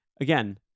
Again